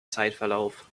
zeitverlauf